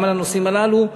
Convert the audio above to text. גם על הנושאים הללו,